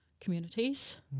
communities